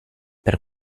per